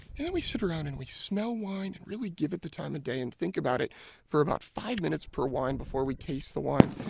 and we sit around and we smell wine, and really give it the time of day, and think about it for about five minutes per wine before we taste the wines.